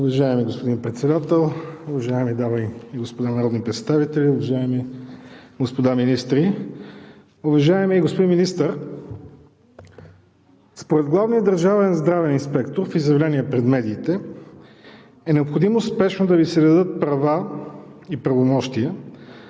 Уважаеми господин Председател, уважаеми дами и господа народни представители, уважаеми господа министри! Уважаеми господин Министър, според предложението на главния държавен здравен инспектор в изявление пред медиите е необходимо спешно да Ви се дадат права и правомощия